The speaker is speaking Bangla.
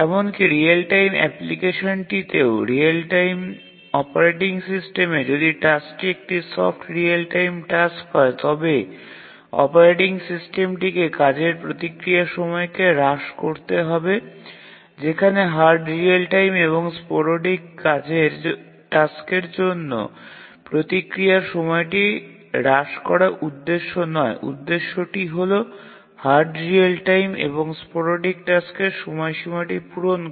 এমনকি রিয়েল টাইম অ্যাপ্লিকেশনটিতেও রিয়েল টাইম অপারেটিং সিস্টেমে যদি টাস্কটি একটি সফট রিয়েল টাইম টাস্ক হয় তবে অপারেটিং সিস্টেমটিকে কাজের প্রতিক্রিয়া সময়কে হ্রাস করতে হবে যেখানে হার্ড রিয়েল টাইম এবং স্পোরডিক টাস্কের জন্য প্রতিক্রিয়ার সময়টি হ্রাস করা উদ্দেশ্য নয় উদ্দেশ্যটি হল হার্ড রিয়েল টাইম এবং স্পোরডিক টাস্কের সময়সীমাটি পূরণ করা